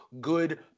good